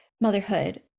motherhood